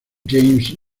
james